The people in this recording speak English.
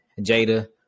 Jada